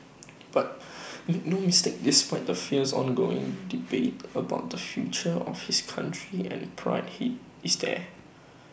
but make no mistake despite the fierce ongoing debate about the future of his country and pride he is there